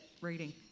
reading